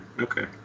Okay